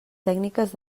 tècniques